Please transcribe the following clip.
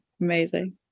Amazing